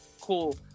Cool